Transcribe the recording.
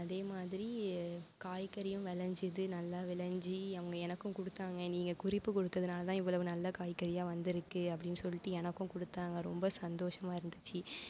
அதே மாதிரி காய்கறியும் விளஞ்சிது நல்லா விளஞ்சி அவங்க எனக்கும் கொடுத்தாங்க நீங்கள் குறிப்பு கொடுத்ததுனாலதா இவ்வளவு நல்ல காய்கறியாக வந்துயிருக்கு அப்படினு சொல்லிவிட்டு எனக்கும் கொடுத்தாங்க ரொம்ப சந்தோசமாக இருந்துச்சு